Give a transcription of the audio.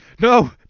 no